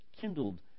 kindled